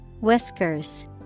Whiskers